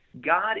God